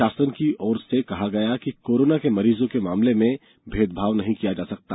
शासन की ओर से कहा गया कि कोरोना के मरीजों के मामले में भेदभाव नहीं किया जा सकता